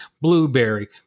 blueberry